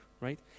right